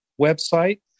website